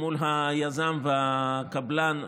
מול היזם והקבלן,